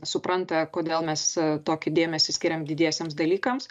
supranta kodėl mes tokį dėmesį skiriam didiesiems dalykams